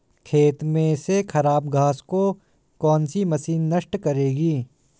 खेत में से खराब घास को कौन सी मशीन नष्ट करेगी?